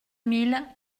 mille